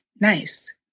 nice